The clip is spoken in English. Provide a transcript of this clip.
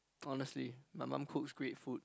honestly my mum cooks great food